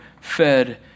fed